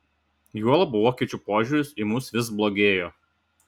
juolab vokiečių požiūris į mus vis blogėjo